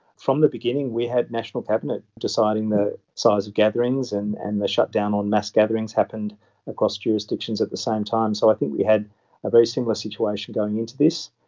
from the beginning we had national cabinet deciding the size of gatherings and and the shutdown on mass gatherings happened across jurisdictions at the same time, so i think we had a very similar situation going into this.